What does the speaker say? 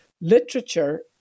literature